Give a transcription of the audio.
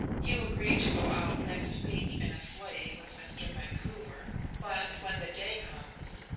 you agree to go out next week in a sleigh with mr. vancouver but when the day comes,